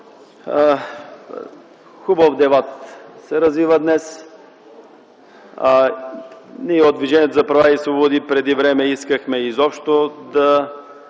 хубав дебат се развива днес. Ние от Движението за права и свободи преди време искахме да